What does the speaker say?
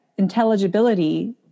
intelligibility